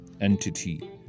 entity